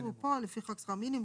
יעשו פה לפי חוק שכר מינימום.